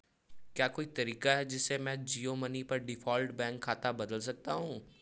क्या कोई तरीका है जिससे मैं जियो मनी पर डिफ़ॉल्ट बैंक खाता बदल सकता हूँ